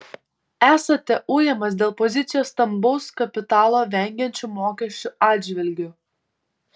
esate ujamas dėl pozicijos stambaus kapitalo vengiančio mokesčių atžvilgiu